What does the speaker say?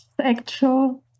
actual